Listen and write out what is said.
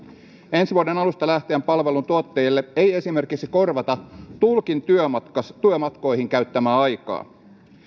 ensi vuoden alusta lähtien palveluntuottajille ei esimerkiksi korvata tulkin työmatkoihin käyttämää aikaa